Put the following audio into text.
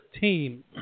team